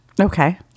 Okay